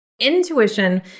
intuition